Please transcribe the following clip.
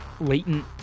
latent